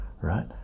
right